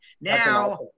Now